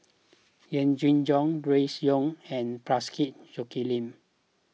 Yee Jenn Jong Grace Young and Parsick Joaquim